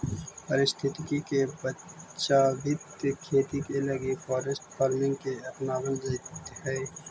पारिस्थितिकी के बचाबित खेती करे लागी फॉरेस्ट फार्मिंग के अपनाबल जाइत हई